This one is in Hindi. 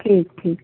ठीक ठीक